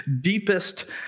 deepest